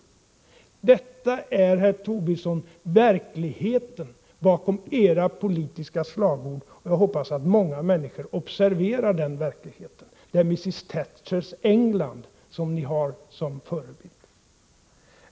Detta är, herr Tobisson, verkligheten bakom era politiska slagord, och jag hoppas att många människor observerar den verkligheten. Det är mrs. Thatchers England ni har som förebild.